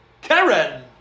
Karen